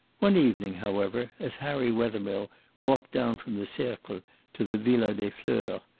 one evening, however, as harry wethermill walked down from the cercle to the villa des fleurs,